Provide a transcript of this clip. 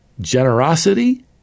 generosity